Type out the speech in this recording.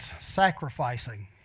sacrificing